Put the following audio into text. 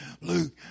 Luke